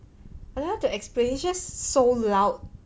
don't know how to explain it's just so loud